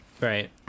Right